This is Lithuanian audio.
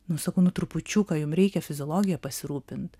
nu sakau nu trupučiuką jum reikia fiziologija pasirūpint